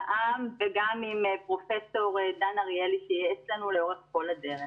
לע"מ וגם עם פרופ' דן אריאלי שייעץ לנו לאורך כל הדרך.